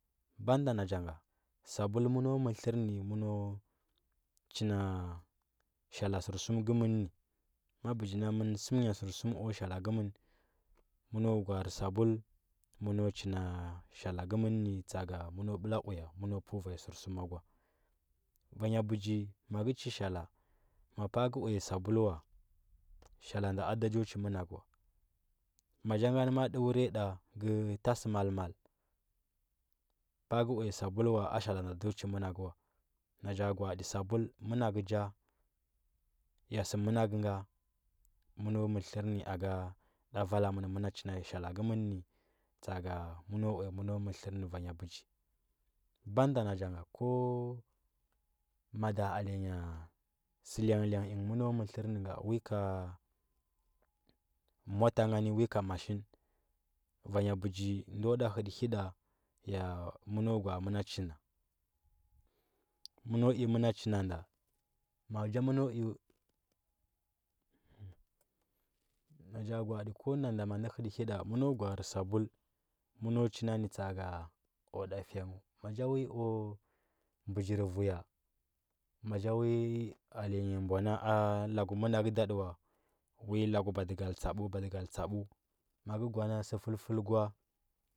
Banda na cha nga sabul mən mər tlər nə məno china shala sərsum kəmən nə ma bəgi na məna səm nya svrsum ku shalla kəmən məno gwa. arə sabul mə no china nə shalla kəmən nə tsa. aka məno bəla uya məno pau va nya sərsum kw ava nya bəgi maka chii shalla ya aka uya sabul vla shalla nga a cho chi mmanakə wa ma cha ma. a adab ja ta sə malmal, pa. a ka uya sabul wa a shalla nda ndo, manakə wa na cha gwa. ati sabul manakə nja, ya sə manakə ngha məno mər tlər nə a gu cha vala mən məna china shalla kəmən nə tsa, aka məno uya mər tlər nə vanya pachi banda nan ga ku mada ale nya sə ləng ləng ingə məno mdir tlər nə ga ivi ka mota ngani uli ka machine vanya bəgi ndo nda hərə həda ya məno gwa. a mə na china məno i məna china nda ma cha mə no i na cha gwa, atə ko nanda ma nda hətə həda məno gwarə sabul məno china nə tsa, aka chastu, ma uha iui ku ɓəjir uu ya ma cha wi alenya boa na a laku manakə ɗa tə wa ivi laku ba digal tsabu ɓadigal tsabu ma cha gwa sə fəl fəl kwa,